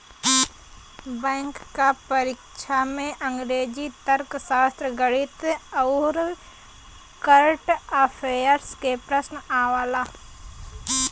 bank क परीक्षा में अंग्रेजी, तर्कशास्त्र, गणित आउर कंरट अफेयर्स के प्रश्न आवला